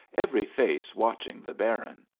every face watching the baron.